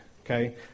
okay